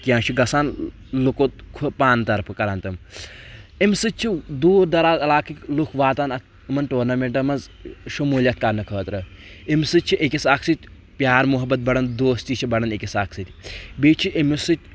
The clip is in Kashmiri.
کینٛہہ چھِ گژھان لُکو پانہٕ طرفہٕ کران تِم امہِ سۭتۍ چھِ دوٗر دراز علاقٕکۍ لُکھ واتان اتھ أمن ٹورنامینٹن منٛز شموٗلیت کرنہٕ خٲطرٕ اَمہِ سۭتۍ چھِ أکِس اکھ سۭتۍ پیار محبت بڑان دوستی چھِ بڑان أکِس اکھ سۭتۍ بیٚیہِ چھِ امہِ سۭتۍ